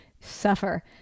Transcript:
Suffer